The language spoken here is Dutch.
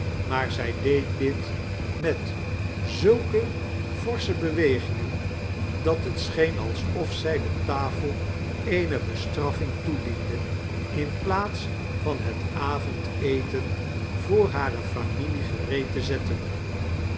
maar zij deed dit met zulke forsche bewegingen dat het scheen alsof zij de tafel eene bestraffing toediende in plaats van het avondeten voor hare familie gereed te zettem